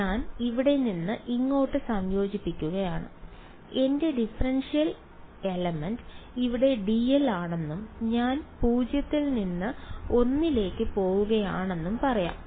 ഞാൻ ഇവിടെ നിന്ന് ഇങ്ങോട്ട് സംയോജിപ്പിക്കുകയാണ് എന്റെ ഡിഫറൻഷ്യൽ എലമെന്റ് ഇവിടെ dl ആണെന്നും ഞാൻ 0 ൽ നിന്ന് l ലേക്ക് പോകുകയാണെന്നും പറയാം